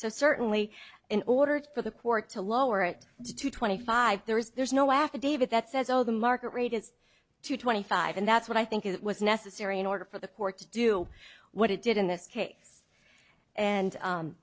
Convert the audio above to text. certainly in order for the court to lower it to twenty five there is there is no affidavit that says all the market rate is to twenty five and that's what i think it was necessary in order for the court to do what it did in this case and